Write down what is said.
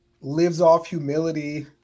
lives-off-humility